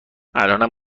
الانم